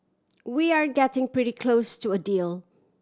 we're getting pretty close to a deal